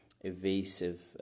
evasive